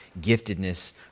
giftedness